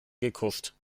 gekuscht